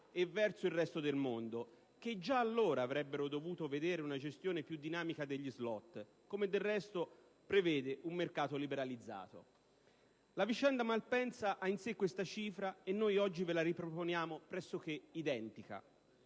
e verso il resto del mondo, che già allora avrebbero dovuto vedere una gestione più dinamica degli *slot*, come del resto prevede un mercato liberalizzato. La vicenda Malpensa ha in sé questa cifra e noi oggi ve la riproponiamo pressoché identica.